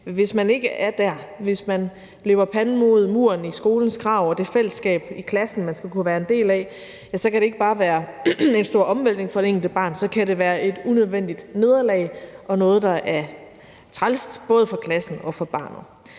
hvis man ikke er der, og hvis man løber panden mod muren i forhold til skolens krav og det fællesskab i klassen, man skal kunne være en del af, kan det ikke bare være en stor omvæltning for det enkelte barn; så kan det være et unødvendigt nederlag og noget, der er træls, både for klassen og for barnet.